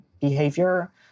behavior